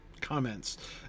comments